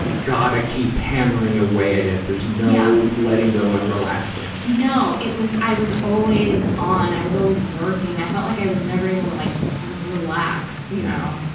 gotta keep hammering away at it. there's no letting go and relaxing. no. it was, i was always on. i was always working. i felt like i was never able to like relax, you know.